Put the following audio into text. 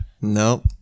Nope